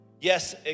Yes